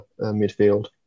midfield